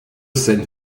scène